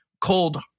cold